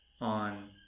on